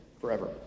forever